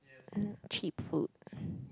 cheap food